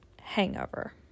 Hangover